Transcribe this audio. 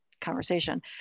conversation